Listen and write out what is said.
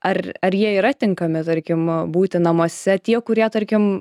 ar ar jie yra tinkami tarkim būti namuose tie kurie tarkim